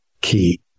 key